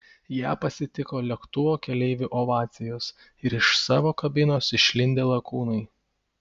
ją pasitiko lėktuvo keleivių ovacijos ir iš savo kabinos išlindę lakūnai